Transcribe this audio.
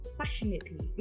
passionately